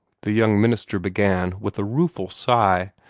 the young minister began with a rueful sigh,